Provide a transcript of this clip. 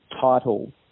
title